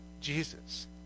Jesus